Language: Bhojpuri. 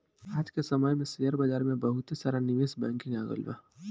आज के समय में शेयर बाजार में बहुते सारा निवेश बैंकिंग आ गइल बा